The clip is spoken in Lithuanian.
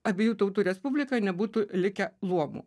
abiejų tautų respublikoj nebūtų likę luomų